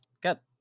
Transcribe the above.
got